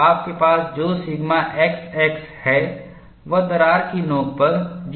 तो आपके पास जो सिग्मा xx है वह दरार की नोकपर 0 है